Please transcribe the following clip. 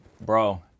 bro